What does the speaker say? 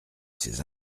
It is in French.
ses